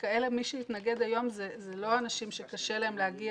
מי שהתנגד היום אלה לא אנשים שקשה להם להגיע